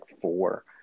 four